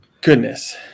Goodness